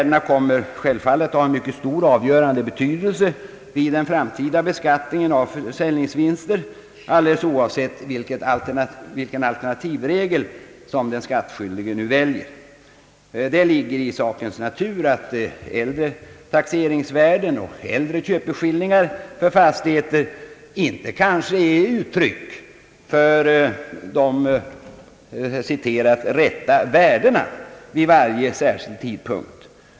De kommer självfallet att ha avgörande betydelse vid den framtida beskattningen av försäljningsvinsten, oavsett vilken alternativregel den skattskyldige väljer. Det ligger i sakens natur att äldre taxeringsvärden och äldre köpeskillingar för fastigheter kanske inte är uttryck för de »rätta» värdena vid varje särskild tidpunkt.